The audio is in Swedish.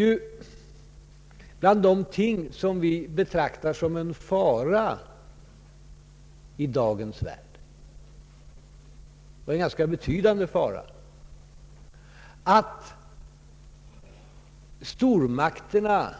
Till de ting som vi betraktar som en fara i dagens värld — och en betydande fara — hör just att stormakterna